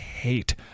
hate